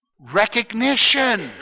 Recognition